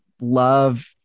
love